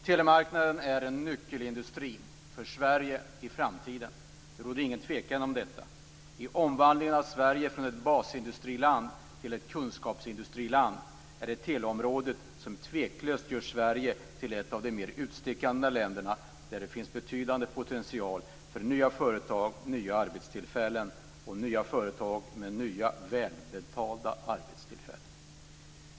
Telemarknaden är en nyckelindustri för Sverige i framtiden. Det råder ingen tvekan om detta. I omvandlingen av Sverige från ett basindustriland till ett kunskapsindustriland är det teleområdet som tveklöst gör Sverige till ett av de mer utstickande länderna där det finns betydande potential för nya företag med nya välbetalda arbetstillfällen.